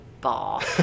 ball